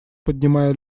поднимая